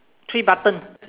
three button